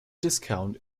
discount